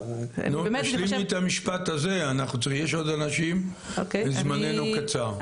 תשלימי את המשפט הזה, כי יש עוד אנשים וזמננו קצר.